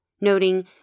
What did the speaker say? noting